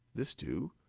this two,